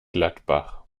gladbach